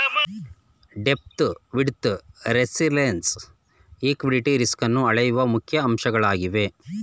depth, width, resilience liquidity ರಿಸ್ಕನ್ನು ಅಳೆಯುವ ಮುಖ್ಯ ಅಂಶಗಳಾಗಿವೆ